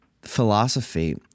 philosophy